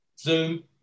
Zoom